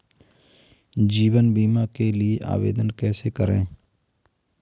जीवन बीमा के लिए आवेदन कैसे करें?